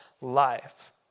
life